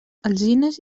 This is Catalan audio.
alzines